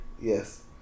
Yes